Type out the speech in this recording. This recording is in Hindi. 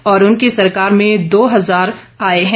और उनकी सरकार में दो हजार आए हैं